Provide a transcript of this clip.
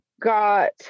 got